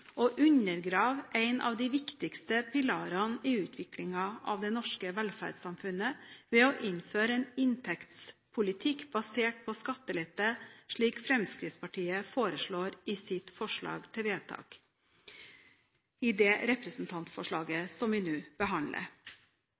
undergrave en av de viktigste pilarene i utviklingen av det norske velferdssamfunnet ved å innføre en inntektspolitikk basert på skattelette, slik Fremskrittspartiet foreslår i sitt forslag til vedtak i det representantforslaget som vi nå behandler.